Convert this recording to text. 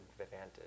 advantage